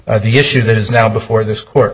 e the issue that is now before this court